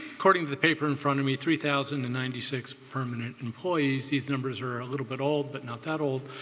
according to the paper in front of me three thousand and ninety six permanent employees. these numbers are a little bit old but not that old.